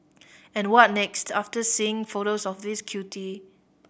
and what next after seeing photos of this cutie